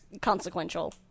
consequential